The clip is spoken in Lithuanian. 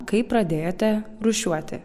kaip pradėjote rūšiuoti